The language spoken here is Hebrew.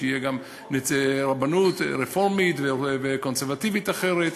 שתהיה גם רבנות רפורמית וקונסרבטיבית אחרת.